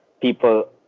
people